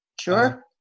Sure